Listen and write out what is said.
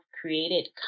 created